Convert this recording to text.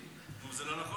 נו, זה לא נכון?